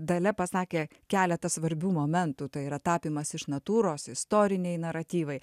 dalia pasakė keletą svarbių momentų tai yra tapymas iš natūros istoriniai naratyvai